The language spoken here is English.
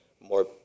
more